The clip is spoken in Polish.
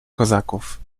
kozaków